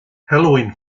halloween